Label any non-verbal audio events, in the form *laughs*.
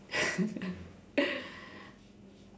*laughs*